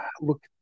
look